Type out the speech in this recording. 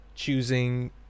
choosing